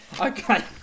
Okay